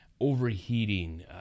overheating